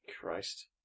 Christ